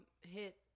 hit